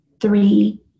three